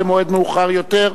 במועד מאוחר יותר?